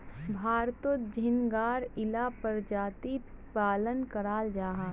भारतोत झिंगार इला परजातीर पालन कराल जाहा